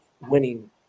winning